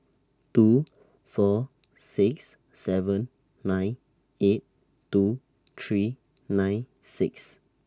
two four six seven nine eight two three nine six